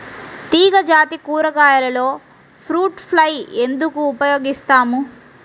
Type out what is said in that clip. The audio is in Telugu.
తీగజాతి కూరగాయలలో ఫ్రూట్ ఫ్లై ఎందుకు ఉపయోగిస్తాము?